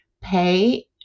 pay